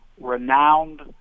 renowned